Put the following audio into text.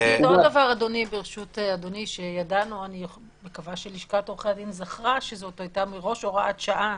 אני מקווה שלשכת עורכי הדין זכרה שזו היתה מראש הוראת שעה.